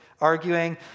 arguing